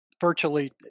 virtually